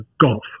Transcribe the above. golf